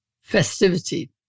festivity